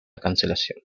cancelación